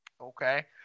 okay